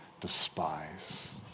despise